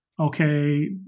Okay